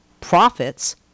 profits